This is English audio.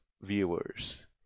viewers